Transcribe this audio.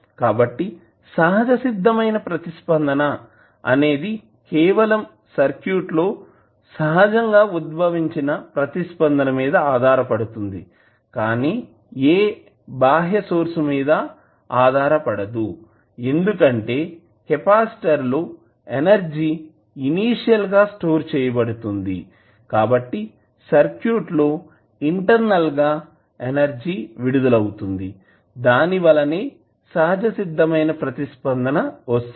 కాబట్టి సహజసిద్ధమైన ప్రతిస్పందన అనేది కేవలం సర్క్యూట్ లో సహజంగా ఉద్భవించిన ప్రతిస్పందన మీద ఆధారపడుతుంది కానీ ఏ బాహ్య సోర్స్ మీద ఆధారపడదు ఎందుకంటే కెపాసిటర్ లో ఎనర్జీ ఇనీషియల్ గా స్టోర్ చేయబడుతుంది కాబట్టి సర్క్యూట్ లో ఇంటర్నల్ గా ఎనర్జీ విడుదల అవుతుంది దాని వలనే సహజసిద్ధమైన ప్రతిస్పందన వస్తుంది